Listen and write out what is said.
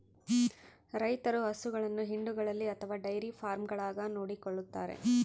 ರೈತರು ಹಸುಗಳನ್ನು ಹಿಂಡುಗಳಲ್ಲಿ ಅಥವಾ ಡೈರಿ ಫಾರ್ಮ್ಗಳಾಗ ನೋಡಿಕೊಳ್ಳುತ್ತಾರೆ